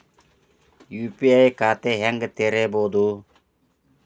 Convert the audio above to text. UPI ಖಾತಾ ಹೆಂಗ್ ತೆರೇಬೋದು?